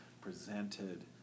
presented